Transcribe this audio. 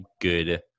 good